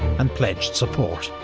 and pledged support.